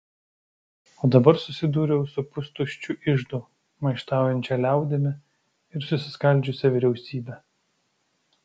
o dabar susidūriau su pustuščiu iždu maištaujančia liaudimi ir susiskaldžiusia vyriausybe